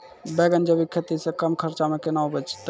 बैंगन जैविक खेती से कम खर्च मे कैना उपजते?